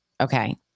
Okay